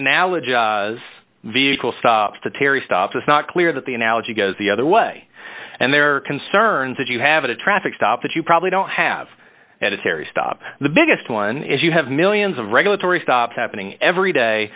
analogy as vehicle stops to terry stop it's not clear that the analogy goes the other way and there are concerns that you have a traffic stop that you probably don't have at a terry stop the biggest one is you have millions of regulatory stops happening every day